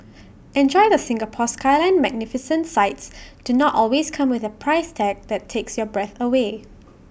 enjoy the Singapore skyline magnificent sights do not always come with A price tag that takes your breath away